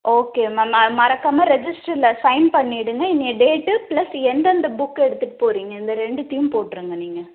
okay ma'am ம மறக்காமல் ரெஜிஸ்டரில் சைன் பண்ணிவிடுங்க இன்றைய டேட்டு பிளஸ் எந்த எந்த புக் எடுத்துகிட்டு போகறீங்க இந்த ரெண்டுத்தையும் போட்டுருங்க நீங்கள்